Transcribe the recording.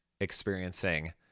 experiencing